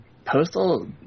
Postal